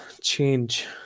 change